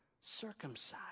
circumcised